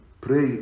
pray